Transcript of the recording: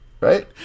Right